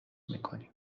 میکنیم